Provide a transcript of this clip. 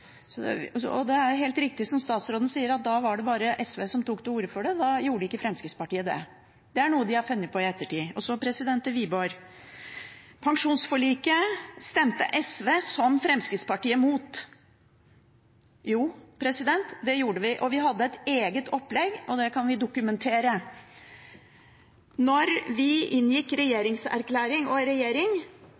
så venter vi og ser til neste år om vi får gjort noe da. Det er det vi har kritisert. Man kunne ha gjort det nå. Det er helt riktig, som statsråden sier, at da var det bare SV som tok til orde for det. Da gjorde ikke Fremskrittspartiet det. Det er noe de har funnet på i ettertid. Så til Wiborg: Pensjonsforliket stemte SV, som Fremskrittspartiet, mot. Jo, det gjorde vi, og vi hadde et eget opplegg, og det